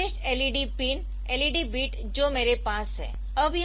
यह विशेष LED pin LED bit जो मेरे पास है